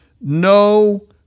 no